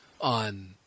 on –